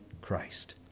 Christ